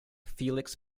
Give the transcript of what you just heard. felix